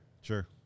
Sure